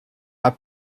are